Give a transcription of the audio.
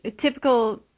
typical